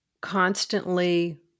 constantly